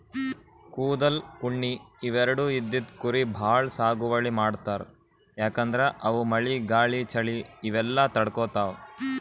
ಕೂದಲ್, ಉಣ್ಣಿ ಇವೆರಡು ಇದ್ದಿದ್ ಕುರಿ ಭಾಳ್ ಸಾಗುವಳಿ ಮಾಡ್ತರ್ ಯಾಕಂದ್ರ ಅವು ಮಳಿ ಗಾಳಿ ಚಳಿ ಇವೆಲ್ಲ ತಡ್ಕೊತಾವ್